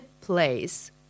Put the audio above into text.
place